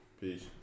Peace